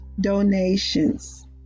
donations